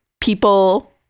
people